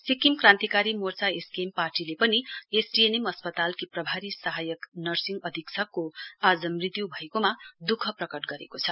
Sikkim Krantikari Morcha SKM पार्टीले पनि STNM अस्पतालकी प्रभारी सहयाक नर्सिङ अधीक्षकको आज मृत्यु भएकोमा दुःख प्रकट गरेको छ